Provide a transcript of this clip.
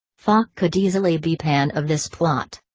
fache could easily be pan of this plot.